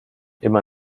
immer